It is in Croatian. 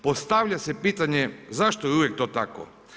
Postavlja se pitanje zašto je uvijek to tako?